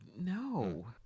No